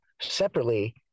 separately